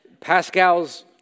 Pascal's